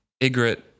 Igret